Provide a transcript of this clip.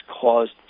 caused